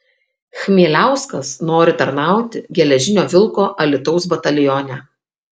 chmieliauskas nori tarnauti geležinio vilko alytaus batalione